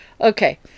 okay